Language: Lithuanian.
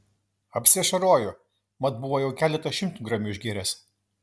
apsiašarojo mat buvo jau keletą šimtgramių išgėręs